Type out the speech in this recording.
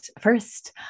first